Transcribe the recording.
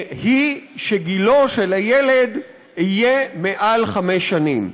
היא שגילו של הילד יהיה מעל חמש שנים.